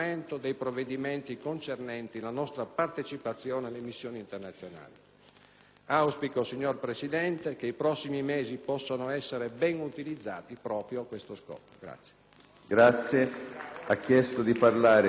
Auspico, signor Presidente, che i prossimi mesi possano essere ben utilizzati proprio a questo scopo.